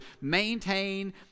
maintain